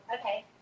Okay